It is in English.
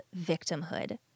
victimhood